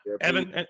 Evan